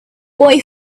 boy